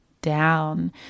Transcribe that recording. Down